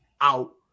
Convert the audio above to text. Out